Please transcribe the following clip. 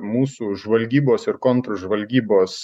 mūsų žvalgybos ir kontržvalgybos